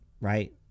right